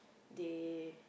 they